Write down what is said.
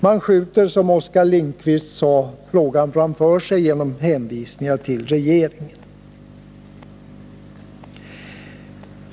Man skjuter, som Oskar Lindkvist sade, frågan framför sig genom hänvisningar till regeringen.